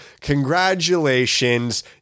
congratulations